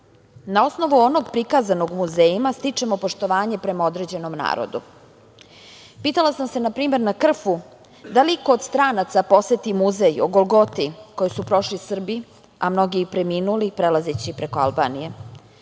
osnovu onog prikazanog muzejima stičemo poštovanje prema određenom narodu. Pitala sam se, na primer, na Krfu, da li iko od stranaca poseti muzej o Golgoti, koju su prošli Srbi, a mnogi i preminuli prelazeći preko Albanije. Vrlo